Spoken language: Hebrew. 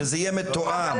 שזה יהיה מתואם.